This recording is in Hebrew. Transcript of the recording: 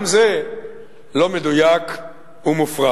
גם זה לא מדויק ומופרז,